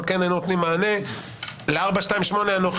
אבל כן היינו נותנים מענה ל-428 הנוכחי.